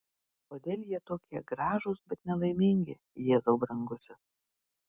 kodėl jie tokie gražūs bet nelaimingi jėzau brangusis